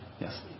yes